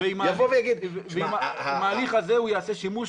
ועם ההליך הזה הוא יעשה שימוש